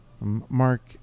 Mark